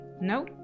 No